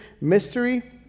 mystery